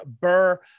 BURR